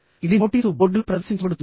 ఇది నోటీసు బోర్డులో ప్రదర్శించబడుతుంది